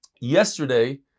Yesterday